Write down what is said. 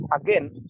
again